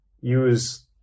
use